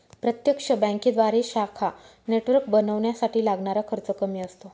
प्रत्यक्ष बँकेद्वारे शाखा नेटवर्क बनवण्यासाठी लागणारा खर्च कमी असतो